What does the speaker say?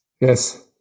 Yes